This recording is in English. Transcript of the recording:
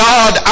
God